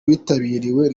witabiriwe